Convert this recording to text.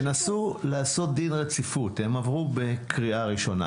תנסו לעשות דין רציפות, הם עברו בקריאה ראשונה.